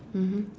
mmhmm